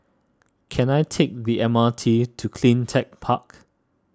can I take the M R T to CleanTech Park